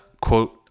quote